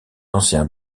anciens